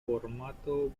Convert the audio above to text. formato